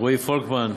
רועי פולקמן.